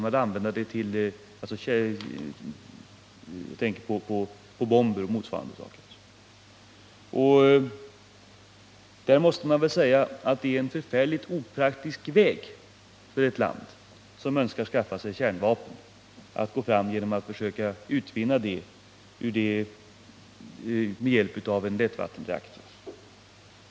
I det sammanhanget måste jag säga att det är en synnerligen opraktisk väg för ett land som önskar skaffa sig kärnvapen att försöka göra det med hjälp av en lättvattenreaktor.